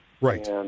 Right